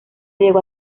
llegó